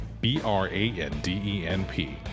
B-R-A-N-D-E-N-P